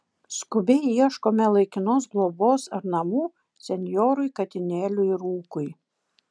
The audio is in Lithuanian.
skubiai ieškome laikinos globos ar namų senjorui katinėliui rūkui